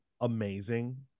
amazing